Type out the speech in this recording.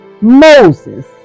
Moses